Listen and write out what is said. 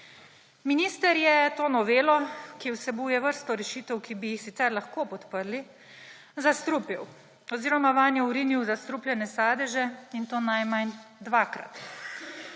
Minister je to novelo, ki vsebuje vrsto rešitev, ki bi jih sicer lahko podprli, zastrupil oziroma vanjo vrinil zastrupljenje sadeže, in to najmanj dvakrat.